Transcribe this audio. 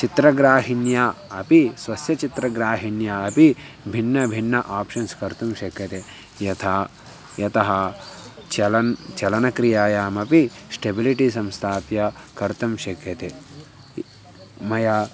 चित्रग्राहिण्या अपि स्वस्य चित्रग्राहिण्या अपि भिन्नभिन्न आप्शन्स् कर्तुं शक्यते यथा यतः चलन् चलनक्रियायामपि श्टेबिलिटि संस्थाप्य कर्तुं शक्यते मया